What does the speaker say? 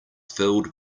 filled